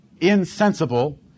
insensible